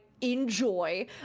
enjoy